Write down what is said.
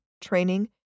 training